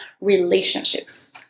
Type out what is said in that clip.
relationships